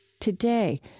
Today